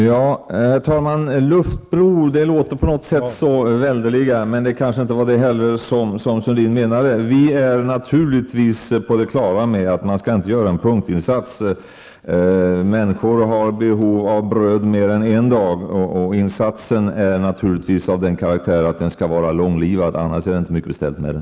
Herr talman! En luftbro låter så enormt, men det kanske inte var riktigt så Lars Sundin menade. Vi är naturligtvis på det klara med att man inte skall göra punktinsatser. Människor har behov av bröd mer än en dag. Insatsen skall naturligtvis vara av långlivad karaktär, annars är det inte mycket beställt med den.